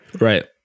right